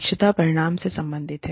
दक्षता परिणाम से संबंधित है